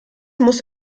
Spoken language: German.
muss